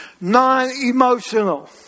Non-emotional